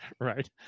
right